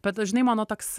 bet žinai mano toks